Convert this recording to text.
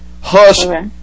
Hush